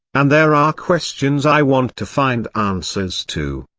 and there are questions i want to find answers to.